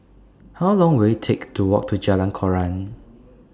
How Long Will IT Take to Walk to Jalan Koran